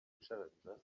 challenges